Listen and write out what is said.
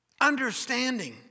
understanding